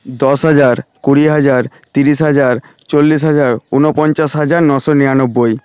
দশ হাজার কুড়ি হাজার তিরিশ হাজার চল্লিশ হাজার উনপঞ্চাশ হাজার নশো নিরানব্বই